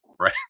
right